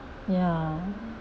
ya